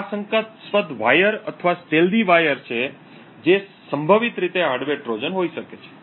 આ શંકાસ્પદ વાયર અથવા છુપા વાયર છે જે સંભવિત રીતે હાર્ડવેર ટ્રોજન હોઈ શકે છે